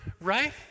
Right